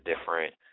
different